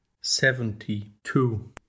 seventy-two